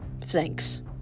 thanks